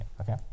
okay